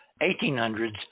1800s